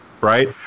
right